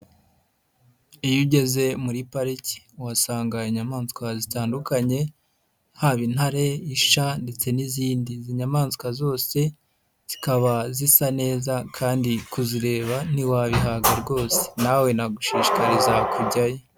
Iyo ugeze muri pariki uhasanga inyamaswa zitandukanye haba intare, isha ndetse n'izindizi, izi nyamaswa zose zikaba zisa neza kandi kuzireba ntiwabihaga rwose, nawe nagushishikariza kujyayo.